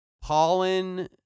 pollen